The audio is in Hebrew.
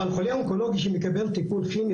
אבל חולה אונקולוגי שמקבל טיפול כימי,